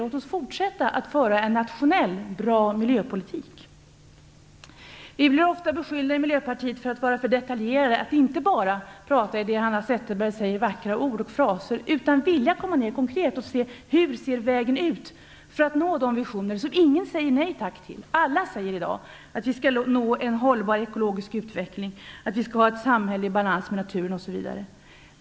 Låt oss fortsätta att föra en bra nationell miljöpolitik! Vi i Miljöpartiet blir ofta beskyllda för att vara för detaljerade, att inte bara prata i vackra ord och fraser, som Hanna Zetterberg säger, utan vilja komma ner konkret och se hur vägen ser ut för att nå de visioner som ingen säger nej tack till. Alla säger i dag att vi skall nå en hållbar ekologisk utveckling, att vi skall ha ett samhälle i balans med naturen osv.